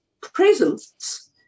presence